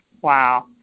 Wow